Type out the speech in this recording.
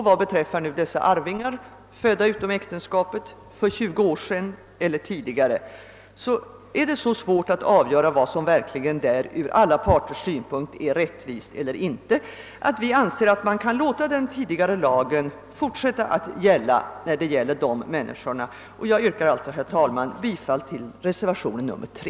Vad beträffar arvingar födda utom äktenskapet för 20 år sedan eller tidigare är det så svårt att avgöra vad som verkligen från alla parters synpunkt är rättvist eller ej att vi anser att man kan låta den tidigare lagen fortsätta att gälla. Jag yrkar alltså, herr talman, bifall till reservationen 3.